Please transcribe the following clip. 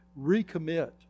Recommit